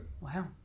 Wow